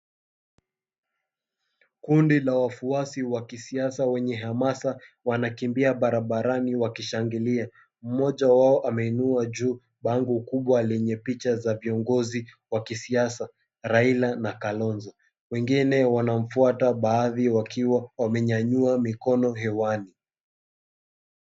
Kundi la wafuasi wa kisiasa, wenye hamasa, wanakimbia barabarani wakishangilia. Mmoja wao ameinua juu bango kubwa lenye picha za viongozi wa kisiasa, Raila na Kalonzo, wengine wanamfuata, baadhi wakiwa wamenyanyua mikono hewani.